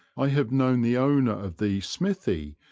i have known the owner of the smithy,